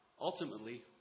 Ultimately